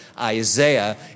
Isaiah